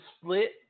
split